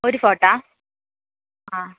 ഒരു ഫോട്ടോ ആ